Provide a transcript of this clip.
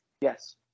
Yes